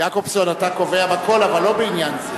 יעקובזון, אתה קובע בכול, אבל לא בעניין זה.